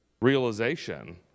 realization